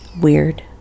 weird